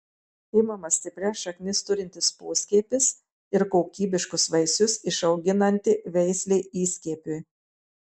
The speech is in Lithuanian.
imamas stiprias šaknis turintis poskiepis ir kokybiškus vaisius išauginanti veislė įskiepiui